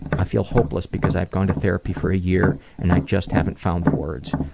i feel hopeless because i've gone to therapy for a year and i just haven't found the words.